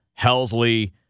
Helsley